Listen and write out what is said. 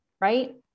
right